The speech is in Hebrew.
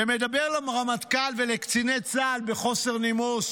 ומדבר לרמטכ"ל ולקציני צה"ל בחוסר נימוס